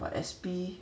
but S_P